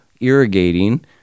irrigating